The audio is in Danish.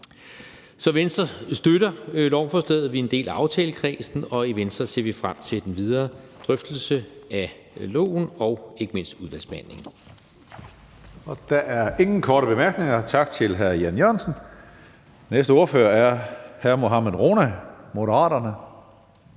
Så Venstre støtter lovforslaget. Vi er en del af aftalekredsen, og i Venstre ser vi frem til den videre drøftelse af lovforslaget og ikke mindst til udvalgsbehandlingen.